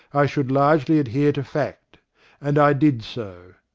i should largely adhere to fact and i did so.